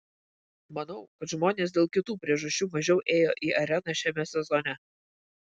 manau kad žmonės dėl kitų priežasčių mažiau ėjo į areną šiame sezone